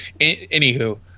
Anywho